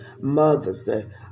Mothers